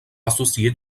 associé